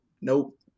Nope